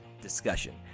discussion